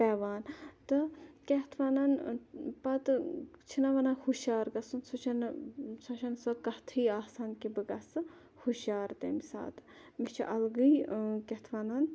پیٚوان تہٕ کیاہ اَتھ وَنان پَتہٕ چھِنا وَنان ہُشار گَژھُن سُہ چھَنہٕ سۄ چھَنہٕ سۄ کَتھٕے آسان کہِ بہٕ گَژھِ ہشارٕ تمہِ ساتہٕ مےٚ چھُ اَلگٕے کیاہ اَتھ وَنان